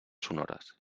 sonores